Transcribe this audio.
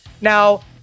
Now